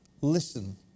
listen